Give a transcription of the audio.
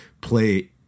play